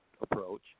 approach